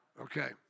Okay